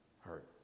hurt